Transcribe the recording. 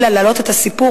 אלא להעלות את הסיפור,